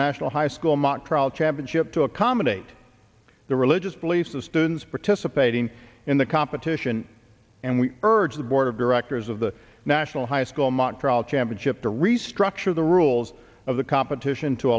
national high school mock trial championship to accommodate their religious beliefs the students participating in the competition and we urge the board of directors of the national high school mock trial championship to restructure the rules of the competition to